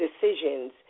decisions